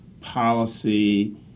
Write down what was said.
policy